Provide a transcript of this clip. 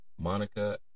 Monica